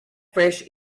fish